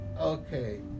okay